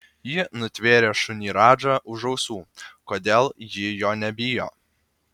ji nutvėrė šunį radžą už ausų kodėl ji jo nebijo